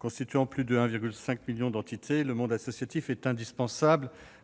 Constitué de plus de 1,5 million d'entités, le monde associatif est indispensable